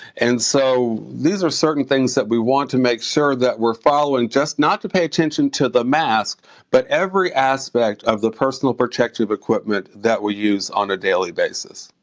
and so, these are certain things that we want to make sure that we're following, just not to pay attention to the mask but every aspect of the personal protective equipment that we use on a daily basis.